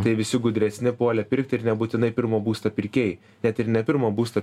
tai visi gudresni puolė pirkti ir nebūtinai pirmo būsto pirkėjai net ir ne pirmo būsto